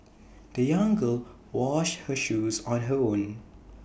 the young girl washed her shoes on her own